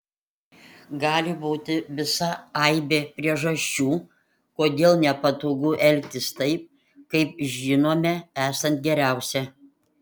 gali būti visa aibė priežasčių kodėl nepatogu elgtis taip kaip žinome esant geriausia